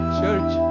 church